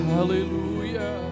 Hallelujah